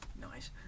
Nice